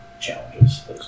challenges